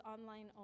online